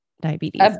diabetes